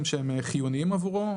שהם חיוניים עבורו.